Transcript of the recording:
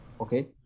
okay